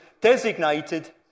designated